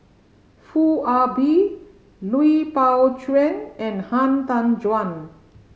Foo Ah Bee Lui Pao Chuen and Han Tan Juan